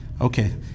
Okay